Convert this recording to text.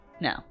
no